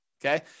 Okay